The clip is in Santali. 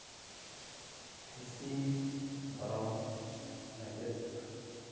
ᱠᱩᱥᱤ ᱫᱷᱚᱨᱚᱢ ᱢᱟᱪᱮᱫ